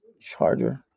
charger